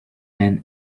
men